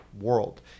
world